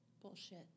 Bullshit